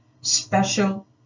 special